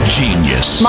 genius